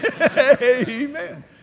Amen